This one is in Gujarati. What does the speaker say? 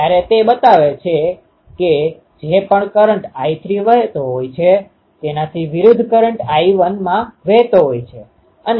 ત્યારે તે બતાવે છે કે જે પણ કરંટ I3 વહેતો હોય છે તેનાથી વિરુદ્ધ કરંટ I1 માં વહેતો હોય છે અને